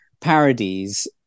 parodies